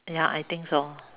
ya I think so